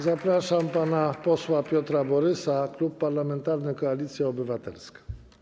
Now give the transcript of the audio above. Zapraszam pana posła Piotra Borysa, Klub Parlamentarny Koalicja Obywatelska.